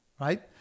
right